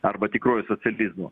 arba tikruoju socializmu